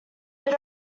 bit